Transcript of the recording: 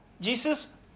Jesus